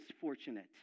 fortunate